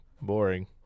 Boring